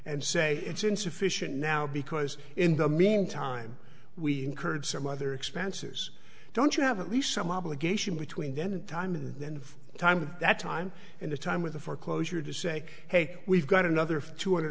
and say it's insufficient now because in the meantime we incurred some other expenses don't you have at least some obligation between then and time and then time to that time and the time with the foreclosure to say hey we've got another for two hundred